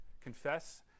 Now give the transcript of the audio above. confess